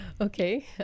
okay